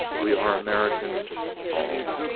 we are americans all!